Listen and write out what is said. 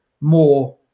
more